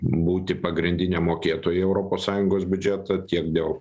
būti pagrindinė mokėtoja europos sąjungos biudžete tiek dėl